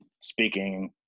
speaking